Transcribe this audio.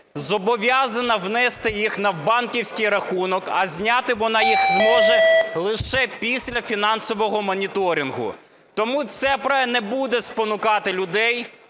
зобов'язана внести їх на банківський рахунок, а зняти вона їх зможе лише після фінансового моніторингу. Тому це не буде спонукати людей